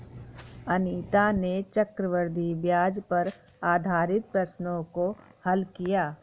अनीता ने चक्रवृद्धि ब्याज पर आधारित प्रश्नों को हल किया